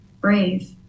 brave